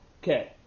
Okay